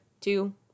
two